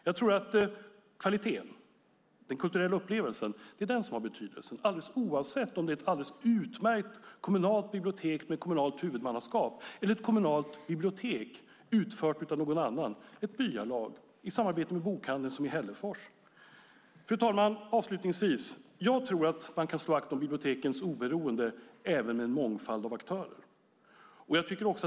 Jag tror alltså att det är kvaliteten, den kulturella upplevelsen, som har betydelse oavsett om det är fråga om ett alldeles utmärkt kommunalt bibliotek, med kommunalt huvudmannaskap, eller ett kommunalt bibliotek som sköts av någon annan, till exempel ett byalag i samarbete med bokhandeln som i Hällefors. Fru talman! Jag tror att man kan slå vakt om bibliotekens oberoende även med en mångfald aktörer.